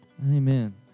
amen